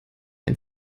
ein